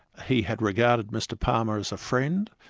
he had regarded mr palmer as a friend,